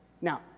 Now